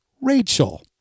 Rachel